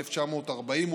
1940,